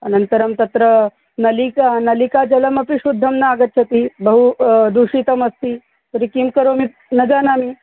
अनन्तरं तत्र नलिका नलिका जलमपि शुद्धं नागच्छति बहु दूषितमस्ति तर्हि किं करोमि न जानामि